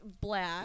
black